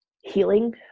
healing